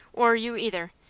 or you either.